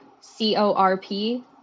C-O-R-P